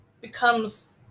becomes